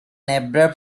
abrupt